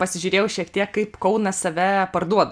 pasižiūrėjau šiek tiek kaip kaunas save parduoda